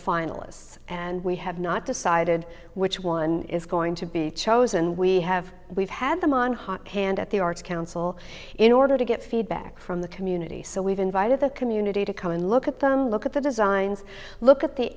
finalists and we have not decided which one is going to be chosen we have we've had them on hot hand at the arts council in order to get feedback from the community so we've invited the community to come and look at them look at the designs look at the